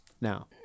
now